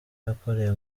yakoreye